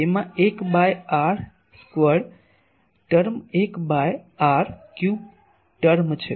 તેમાં 1 by R squared term 1 by R cube term છે